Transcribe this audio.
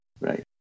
Right